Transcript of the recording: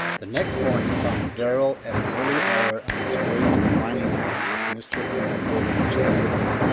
the next morning found darrell at an early hour on his way to the mining camp with mr. underwood and mr. britton.